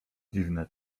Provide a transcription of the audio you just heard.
dziwne